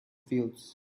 fields